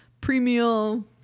pre-meal